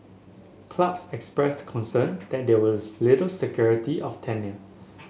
clubs expressed concern that there was little security of tenure